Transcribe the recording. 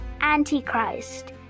Antichrist